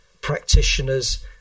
practitioners